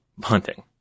hunting